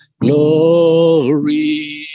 glory